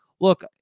look